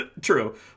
true